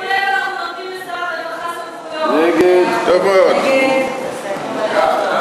קבוצת סיעת מרצ וקבוצת סיעת העבודה לסעיף 8 לא נתקבלה.